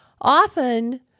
Often